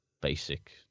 basic